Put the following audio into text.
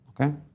Okay